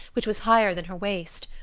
which was higher than her waist.